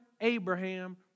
Abraham